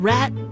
Rat